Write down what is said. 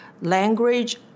language